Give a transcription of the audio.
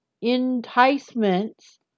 enticements